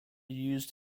used